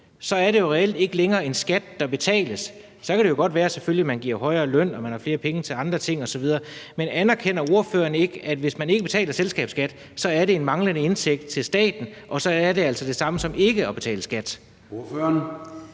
så er det jo reelt ikke længere en skat, der betales. Så kan det jo godt være, selvfølgelig, at man giver højere løn og man har flere penge til andre ting osv. Men anerkender ordføreren ikke, at hvis man ikke betaler selskabsskat, er det en manglende indtægt til staten, og så er det altså det samme som ikke at betale skat?